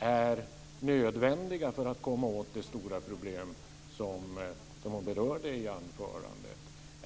är nödvändiga för att komma åt det stora problem som hon berörde i anförandet?